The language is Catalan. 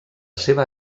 seva